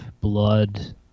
blood